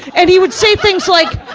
and he would say things like,